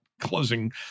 closing